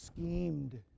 schemed